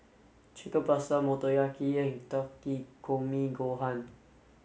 Chicken Pasta Motoyaki and Takikomi Gohan